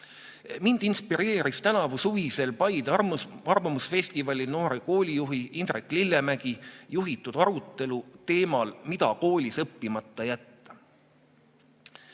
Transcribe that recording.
Mind inspireeris tänavu suvisel Paide arvamusfestivalil noore koolijuhi Indrek Lillemäe juhitud arutelu teemal, mida koolis õppimata jätta.